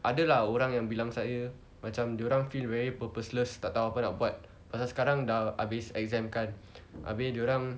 ada lah orang yang bilang saya macam dia orang feel very purposeless tak tahu apa nak buat pasal sekarang dah habis exam kan abeh dia orang